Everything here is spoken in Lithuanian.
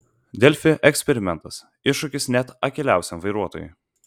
delfi eksperimentas iššūkis net akyliausiam vairuotojui